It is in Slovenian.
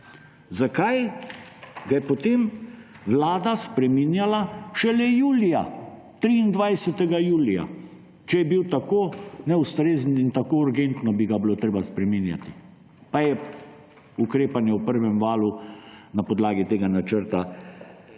zakaj ga je potem vlada spreminjala šele 23. julija? Če je bil tako neustrezen in tako urgentno bi ga bilo treba spreminjati, pa je ukrepanje v prvem valu na podlagi tega načrta